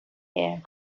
here